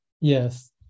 Yes